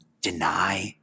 Deny